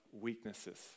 weaknesses